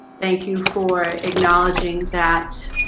thank you for acknowledging that